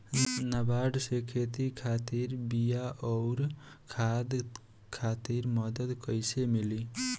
नाबार्ड से खेती खातिर बीया आउर खाद खातिर मदद कइसे मिली?